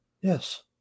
Yes